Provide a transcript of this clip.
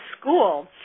school